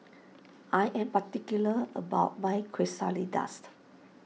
I am particular about my